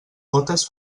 gotes